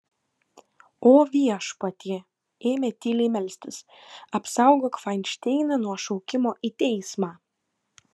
o viešpatie ėmė tyliai melstis apsaugok fainšteiną nuo šaukimo į teismą